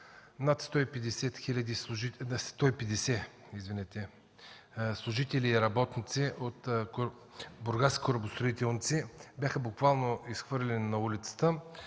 над 150 служители и работници от „Бургаски корабостроителници” бяха буквално изхвърлени на улицата,